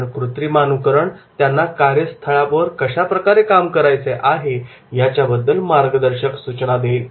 कारण कृत्रिमानुकरण त्यांना कार्यस्थळावर कशाप्रकारे काम करायचे आहे याच्याबद्दल मार्गदर्शक सूचना देईल